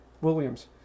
Williams